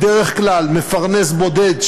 בדרך כלל מפרנס יחיד,